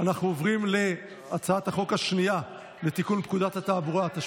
להעביר את הצעת חוק לתיקון פקודת התעבורה (חובת נשיאת